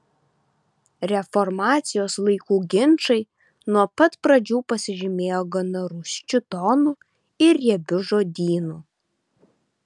reformacijos laikų ginčai nuo pat pradžių pasižymėjo gana rūsčiu tonu ir riebiu žodynu